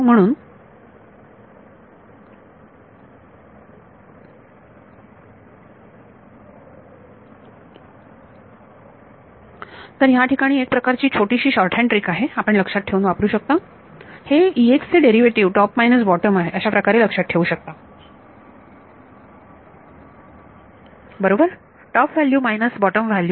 म्हणून तर या ठिकाणी एक प्रकारची एक छोटीशी शॉर्टहँड ट्रिक आहे आपण लक्षात ठेवून वापरू शकता हे चे डेरिवेटिव टॉप मायनस बॉटम अशा प्रकारे लक्षात ठेवू शकता बरोबर top value minus bottom value